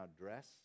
dress